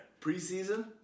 Preseason